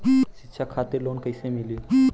शिक्षा खातिर लोन कैसे मिली?